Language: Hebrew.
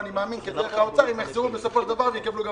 אבל אני מאמין שיחזרו בסופו של דבר ויקבלו גם